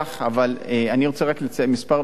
אבל אני רוצה רק לציין בכמה מלים,